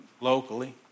locally